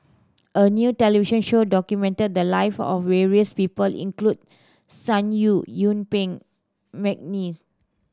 a new television show documented the live of various people including Sun Yee Yuen Peng McNeice